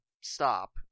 stop